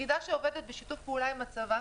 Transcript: יחידה שעובדת בשיתוף פעולה עם הצבא